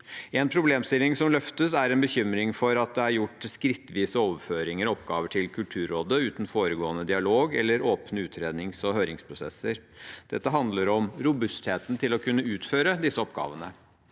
En problemstilling som løftes, er en bekymring for at det er gjort skrittvise overføringer av oppgaver til Kulturrådet uten forutgående dialog eller åpne utrednings- og høringsprosesser. Dette handler om robustheten til å kunne utføre disse oppgavene.